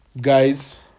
guys